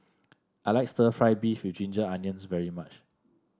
I like stir fry beef with Ginger Onions very much